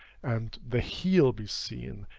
and the heel be seen,